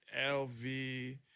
LV